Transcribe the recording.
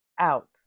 out